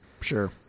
Sure